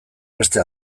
beste